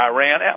Iran